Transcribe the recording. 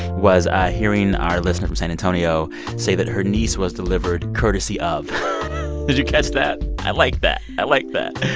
was hearing our listener from san antonio say that her niece was delivered courtesy of did you catch that? i like that. i like that.